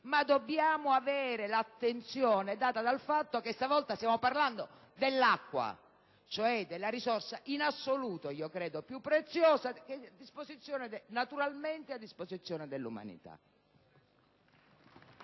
Ma dobbiamo avere l'attenzione derivante dal fatto che stavolta stiamo parlando dell'acqua, cioè della risorsa in assoluto più preziosa, naturalmente a disposizione dell'umanità.